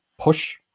push